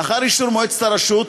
לאחר אישור מועצת הרשות,